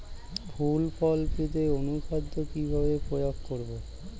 ফুল ফল পেতে অনুখাদ্য কিভাবে প্রয়োগ করব?